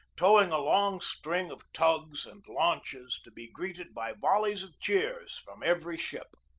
towing a long string of tugs and launches, to be greeted by volleys of cheers from every ship.